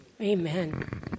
Amen